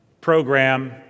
program